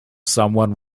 someone